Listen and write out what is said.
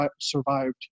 survived